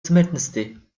смертности